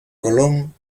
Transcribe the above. colón